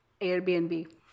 Airbnb